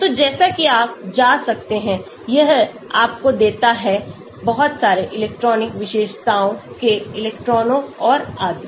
तो जैसा कि आप जा सकते हैं यह आपको देता है बहुत सारे इलेक्ट्रॉनिक विशेषताओं के इलेक्ट्रॉनों और आदि